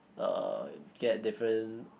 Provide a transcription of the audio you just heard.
uh get different